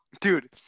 Dude